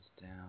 down